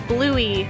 Bluey